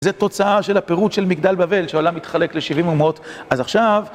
זה תוצאה של הפירוט של מגדל בבל, שהעולם התחלק ל-70 אומות. אז עכשיו...